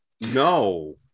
No